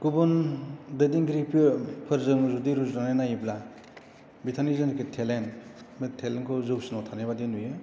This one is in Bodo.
गुबुन दैदेनगिरिफोर फोरजों जुदि रुजुना नायोब्ला बिथांनि जेनेखि टेलेन्ट बे टेलेन्टखौ जौसिनाव थानाय बायदि नुयो